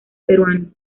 peruano